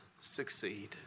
succeed